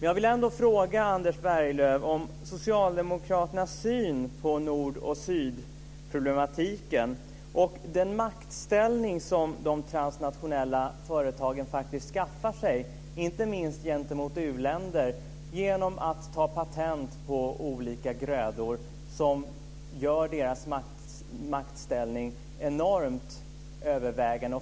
Jag vill ändå fråga Anders Berglöv om Socialdemokraternas syn på nord-och-syd-problematiken och den maktställning som de transnationella företagen faktiskt skaffar sig, inte minst gentemot u-länder, genom att ta patent på olika grödor som gör deras maktställning enormt övervägande.